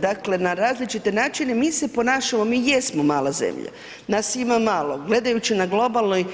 Dakle, na različite načine, mi se ponašamo, mi jesmo mala zemlja, nas ima malo, gledajući na globalnoj